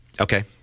Okay